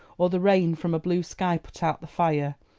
or the rain from a blue sky put out the fire,